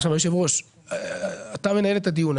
עכשיו, יושב הראש, אתה מנהל את הדיון.